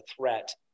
threat